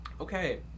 Okay